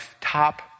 top